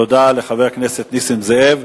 תודה לחבר הכנסת נסים זאב.